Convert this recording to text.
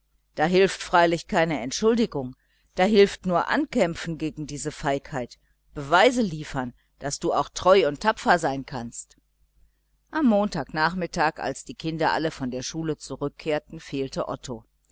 da hilft freilich keine entschuldigung da hilft nur ankämpfen gegen die feigheit beweise liefern daß du auch tapfer sein kannst am montag nachmittag als die kinder alle von der schule zurückkehrten fehlte otto